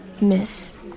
Miss